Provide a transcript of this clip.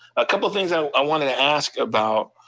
a couple of things i i wanted to ask about,